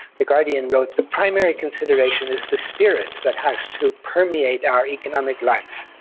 the guardian wrote, the primary consideration is the spirit that has to permeate our economic life,